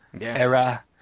era